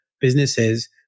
businesses